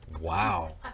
Wow